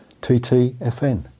TTFN